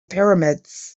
pyramids